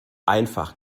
einfach